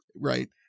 Right